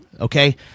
okay